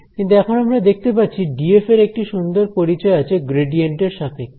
কিন্তু এখন আমরা দেখতে পাচ্ছি ডিএফ এর একটি সুন্দর পরিচয় আছে গ্রেডিয়েন্ট এর সাপেক্ষে